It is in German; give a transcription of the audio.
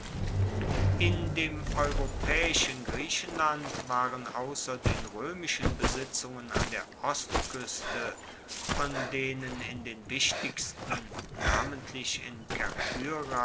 in dem europaeischen griechenland waren ausser den roemischen besitzungen an der ostkueste von denen in den wichtigsten namentlich in